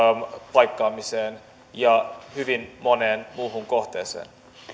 paikkaamiseen ja hyvin moneen muuhun kohteeseen